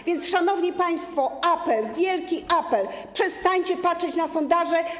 A więc, szanowni państwo, wielki apel: przestańcie patrzeć na sondaże.